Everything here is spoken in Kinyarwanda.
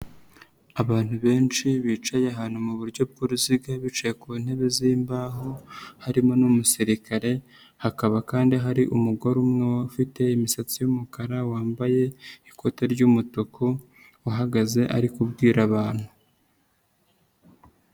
Abantu benshi bicaye ahantu mu buryo bw'uruziga bicaye ku ntebe z'imbaho harimo n'umusirikare hakaba kandi hari umugore umwe ufite imisatsi y'umukara, wambaye ikoti ry'umutuku uhagaze ari kubwira abantu.